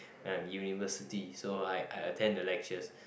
uh university so I I attend the lectures